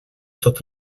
tot